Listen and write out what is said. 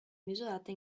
misurata